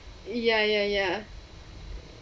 ya ya ya